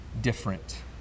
different